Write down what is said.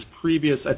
previous